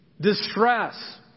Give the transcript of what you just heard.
distress